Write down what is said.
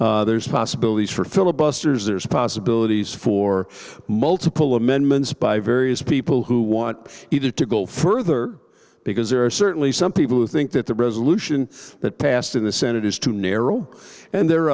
senate there's possibilities for filibusters there's possibilities for multiple amendments by various people who want it to go further because there are certainly some people who think that the resolution that passed in the senate is too narrow and there are